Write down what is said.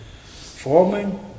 forming